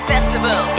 Festival